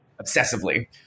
obsessively